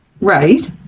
Right